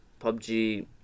PUBG